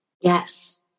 Yes